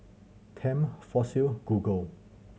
Tempt Fossil Google